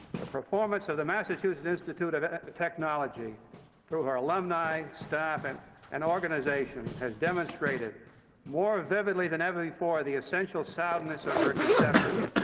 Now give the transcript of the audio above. the performance of the massachusetts institute of technology through our alumni, staff, and and organization has demonstrated more vividly than ever before the essential soundness of her conception,